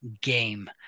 game